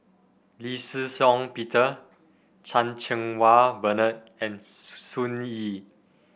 Lee Shih Shiong Peter Chan Cheng Wah Bernard and Sun Yee